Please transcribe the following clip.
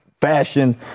fashion